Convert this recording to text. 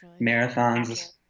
marathons